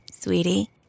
Sweetie